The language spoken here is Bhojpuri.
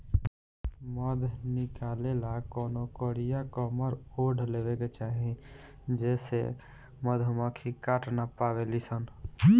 मध निकाले ला कवनो कारिया कमर ओढ़ लेवे के चाही जेसे मधुमक्खी काट ना पावेली सन